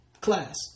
Class